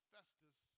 Festus